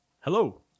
Hello